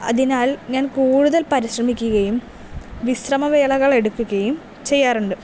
അതിനാൽ ഞാൻ കൂടുതൽ പരിശ്രമിക്കുകയും വിശ്രമ വേളകൾ എടുക്കുകയും ചെയ്യാറുണ്ട്